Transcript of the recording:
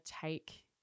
take